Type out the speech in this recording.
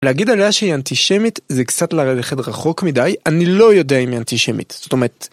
להגיד עליה שהיא אנטישמית זה קצת ללכת רחוק מדי אני לא יודע אם היא אנטישמית זאת אומרת.